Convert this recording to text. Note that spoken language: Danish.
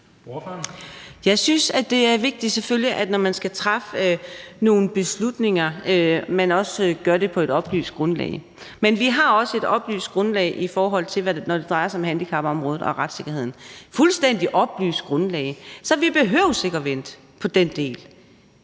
selvfølgelig, at det er vigtigt, at man, når man skal træffe nogle beslutninger, gør det på et oplyst grundlag. Men vi har også et oplyst grundlag, når det drejer sig om handicapområdet og retssikkerheden – et fuldstændig oplyst grundlag – så vi behøver ikke at vente på den del.